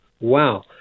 Wow